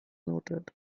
noted